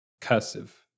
cursive